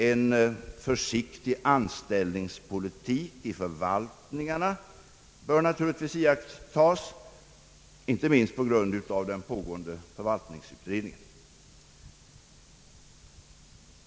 En försiktig anställningspolitik i förvaltningarna bör naturligtvis iakttas, inte minst på grund av den pågående förvaltningsutredningen.